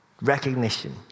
recognition